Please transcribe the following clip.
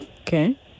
Okay